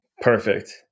Perfect